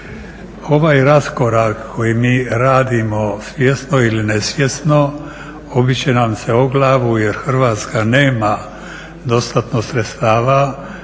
Ovaj raskorak koji mi radimo svjesno ili nesvjesno obit će nam se o glavu jer Hrvatska nema dostatno sredstava